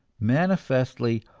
manifestly,